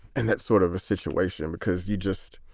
and that's sort of a situation because you just,